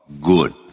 good